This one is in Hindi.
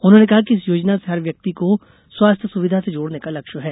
उन्होंने कहा कि इस योजना से हर व्यक्ति को स्वास्थ्य सुविधा से जोड़ने का लक्ष्य है